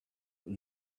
room